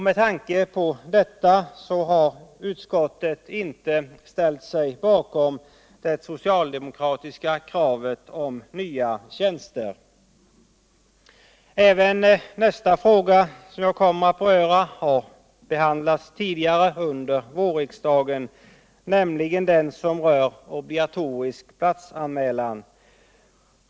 Med tanke på detta har utskottet inte ställt sig bakom det socialdemokratiska kravet på nya tjänster. Även nästa fråga som jag kommer att beröra har behandlats tidigare under vårriksdagen. Den rör obligatorisk platsanmälan.